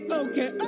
okay